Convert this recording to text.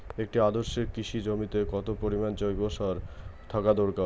একটি আদর্শ কৃষি জমিতে কত পরিমাণ জৈব সার থাকা দরকার?